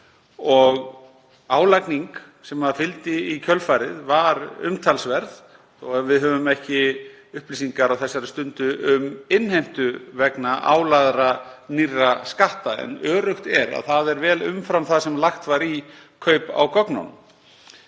Álagning sem fylgdi í kjölfarið var umtalsverð, þó að við höfum ekki upplýsingar á þessari stundu um innheimtu vegna álagðra nýrra skatta, en öruggt er að það er vel umfram það sem lagt var í kaup á gögnunum.